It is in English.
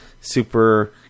super